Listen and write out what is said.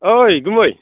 ओइ गुमै